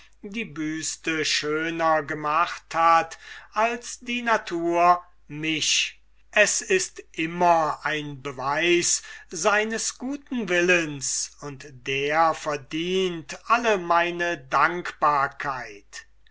die büste schöner gemacht hat als die natur mich es ist immer ein beweis seines guten willens und der verdient alle meine dankbarkeit